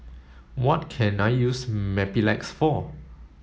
what can I use Mepilex for